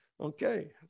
Okay